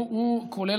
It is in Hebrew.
הוא כולל,